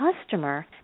customer